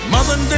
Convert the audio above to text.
Mother